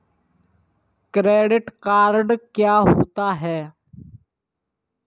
Credit card क्या होता है?